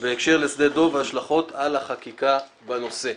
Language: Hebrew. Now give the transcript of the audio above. בהקשר לשדה דב והשלכות על החקיקה בנושא.